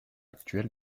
actuel